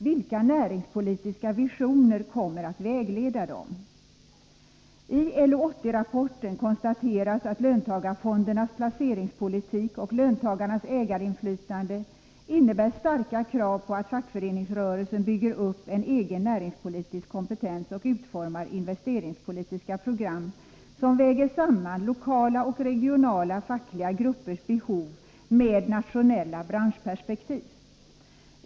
Vilka näringspolitiska visioner kommer att vägleda dem? I LO-80-rapporten konstateras att löntagarfondernas placeringspolitik och löntagarnas ägarinflytande innebär starka krav på att fackföreningsrörelsen bygger upp en egen näringspolitisk kompetens och utformar investeringspolitiska program som väger samman lokala och regionala fackliga gruppers behov med nationella branschperspektiv.